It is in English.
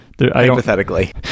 Hypothetically